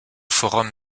forum